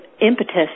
impetus